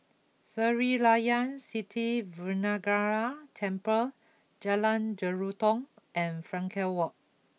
Sri Layan Sithi Vinayagar Temple Jalan Jelutong and Frankel Walk